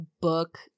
book